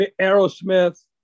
Aerosmith